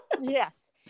yes